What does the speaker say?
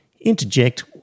interject